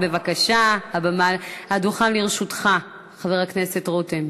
בבקשה, הדוכן לרשותך, חבר הכנסת רותם.